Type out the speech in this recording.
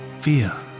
fear